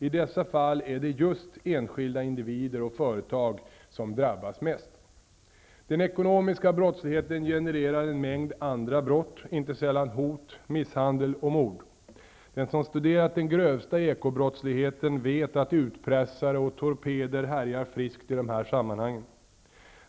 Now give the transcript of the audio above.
I dessa fall är det just enskilda individer och företag som drabbas mest. Den ekonomiska brottsligheten genererar en mängd andra brott, inte sällan hot, misshandel och mord. Den som studerat den grövsta ekobrottsligheten vet att utpressare och torpeder härjar friskt i de här sammanhangen.